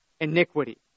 iniquity